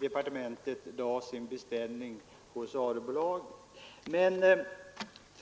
departementet lade sin beställning hos Arebolagen.